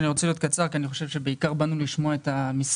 אני רוצה להיות קצר כי אני חושב שבעיקר באנו לשמוע את המשרדים.